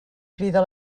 crida